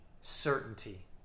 certainty